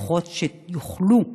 לפחות שיוכלו האנשים,